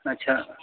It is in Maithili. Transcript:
अच्छा